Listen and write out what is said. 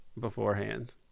beforehand